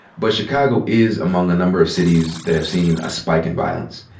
but chicago is among a number of cities that have seen a spike in violence.